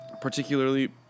particularly